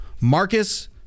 Marcus